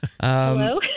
Hello